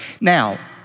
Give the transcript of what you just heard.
Now